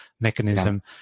mechanism